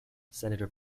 senator